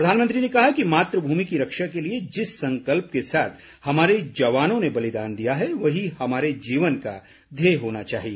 प्रधानमंत्री ने कहा कि मातृभूमि की रक्षा के लिए जिस संकल्प के साथ हमारे जवानों ने बलिदान दिया है वही हमारे जीवन का ध्येय होना चाहिए